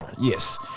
yes